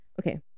Okay